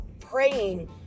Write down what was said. praying